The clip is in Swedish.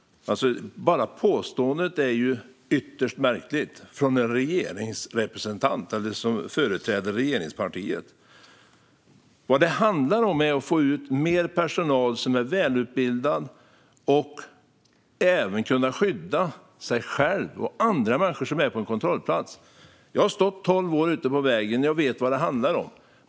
Bara påståendet är ytterst märkligt, särskilt från någon som företräder regeringspartiet! Vad det handlar om är att få ut mer personal som är välutbildad och att de ska kunna skydda sig själva och andra människor på en kontrollplats. Jag har arbetat ute på vägen i tolv år och vet vad det handlar om.